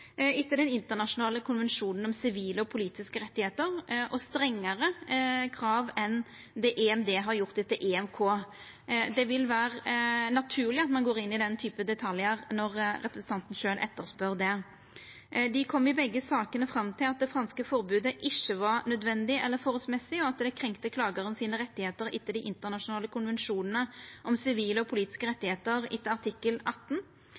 etter den internasjonale konvensjonen om sivile og politiske rettar, og strengare krav enn det EMD har gjort etter EMK. Det vil vera naturleg at ein går inn i den typen detaljar når representanten sjølv etterspør det. Dei kom i begge sakene fram til at det franske forbodet ikkje var nødvendig eller forholdsmessig, og at det krenkte klagaren sine rettar etter den internasjonale konvensjonen om sivile og politiske rettar etter artikkel 18.